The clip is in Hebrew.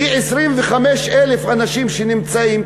כ-25,000 אנשים שנמצאים,